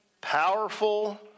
Powerful